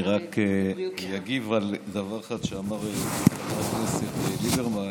אני רק כי אגיב על דבר אחד שאמר חבר הכנסת ליברמן.